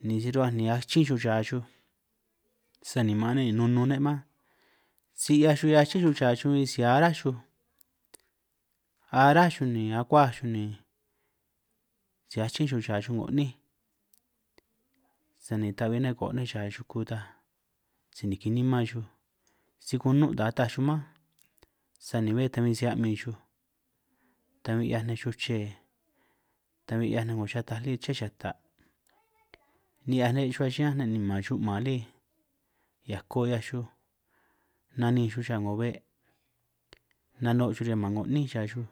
Ni si ruhuaj ni achín xuj ya xuj sani maan ne' ni nunun ne' mánj, si 'hiaj xuj achín xuj ya xuj bin si ará xuj ará xuj ni akuaj xuj, ni si achín xuj ya 'ngo 'nínj sani ta'bbi ne' go' ya xuku tan, si niki nimán xuj si kunun taj taj xuku ta mánj, sani bé ta min si a'min xuj, ta bin 'hiaj nej chuche ta 'hiaj nej 'ngo yataj lí ché yata', ni'hiaj ne' chuhua yiñán ne' ni man xu'man lí, hiako 'hiaj xuj naninj chaa 'ngo be' nano' xuj riñan man 'ngo 'nín xa xuj,